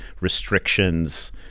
restrictions